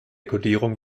kodierung